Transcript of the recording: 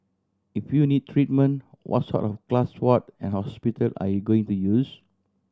if you need treatment what sort of class ward and hospital are you going to use